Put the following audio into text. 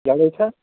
یَلے چھا